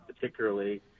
particularly